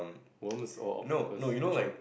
worms or octopus which one